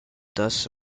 thus